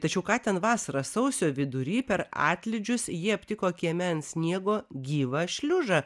tačiau ką ten vasarą sausio vidury per atlydžius jie aptiko kieme ant sniego gyvą šliužą